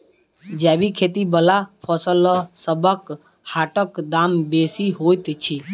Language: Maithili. जैबिक खेती बला फसलसबक हाटक दाम बेसी होइत छी